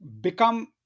become